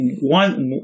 one